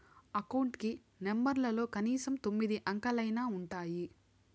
account కి నెంబర్లలో కనీసం తొమ్మిది అంకెలైనా ఉంటాయి